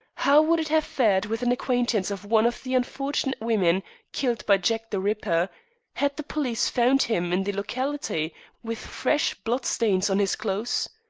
how would it have fared with an acquaintance of one of the unfortunate women killed by jack the ripper had the police found him in the locality with fresh blood-stains on his clothes?